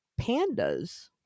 pandas